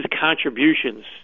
contributions